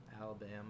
Alabama